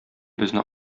безне